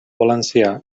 valencià